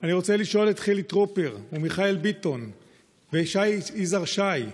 אני רוצה לשאול את חילי טרופר ומיכאל ביטון ויזהר שי: